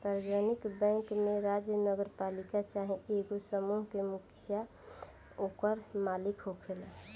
सार्वजानिक बैंक में राज्य, नगरपालिका चाहे एगो समूह के मुखिया ओकर मालिक होखेला